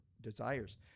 desires